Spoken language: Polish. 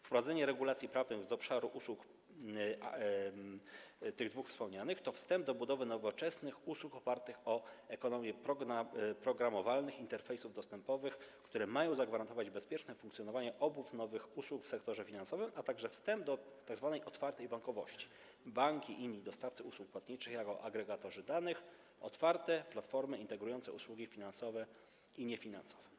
Wprowadzenie regulacji prawnych z obszaru tych dwóch wspomnianych usług to wstęp do budowy nowoczesnych usług opartych na ekonomii programowalnych interfejsów dostępowych, które mają zagwarantować bezpieczne funkcjonowanie obu nowych usług w sektorze finansowym, a także wstęp do tzw. otwartej bankowości - banki i inni dostawcy usług płatniczych jako agregatorzy danych, otwarte platformy integrujące usługi finansowe i niefinansowe.